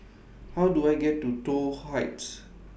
How Do I get to Toh Heights